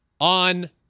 on